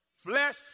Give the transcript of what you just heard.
Flesh